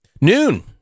Noon